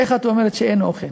איך את אומרת שאין אוכל?